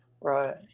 right